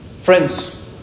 Friends